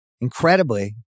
Incredibly